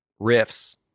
riffs